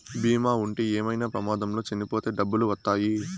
బీమా ఉంటే ఏమైనా ప్రమాదంలో చనిపోతే డబ్బులు వత్తాయి